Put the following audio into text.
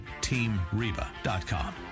teamreba.com